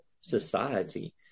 society